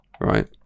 right